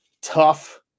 tough